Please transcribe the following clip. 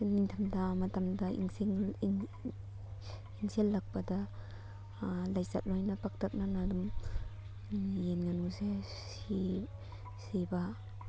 ꯍꯧꯖꯤꯛ ꯅꯤꯡꯊꯝ ꯊꯥ ꯃꯇꯝꯗ ꯏꯪꯁꯤꯜꯂꯛꯄꯗ ꯂꯥꯏꯆꯠ ꯂꯣꯏꯅ ꯄꯥꯛꯇꯛꯅꯅ ꯑꯗꯨꯝ ꯌꯦꯟ ꯉꯥꯅꯨꯁꯦ ꯁꯤꯕ